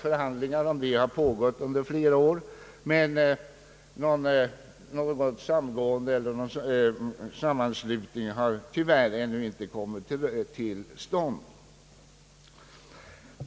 Förhandlingar därom har pågått under flera år men något samgående eller någon sammanslagning har tyvärr ännu inte skett.